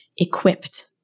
equipped